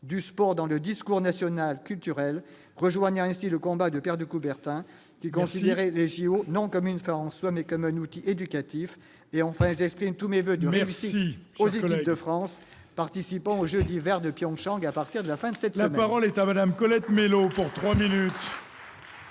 du sport dans le discours national culturel, rejoignant ainsi le combat de Pierre de Coubertin qui considérait les JO, non comme une fin en soi mais comme un outil éducatif et enfin exprime tous mes voeux de réussite aux équipes de France participant aux Jeux d'hiver de Pyeongchang à partir de la fin de cette. La parole est à Madame Colette Mélot pour 3 minutes.